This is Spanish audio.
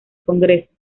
congreso